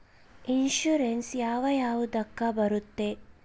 Insurance ಯಾವ ಯಾವುದಕ್ಕ ಬರುತ್ತೆ?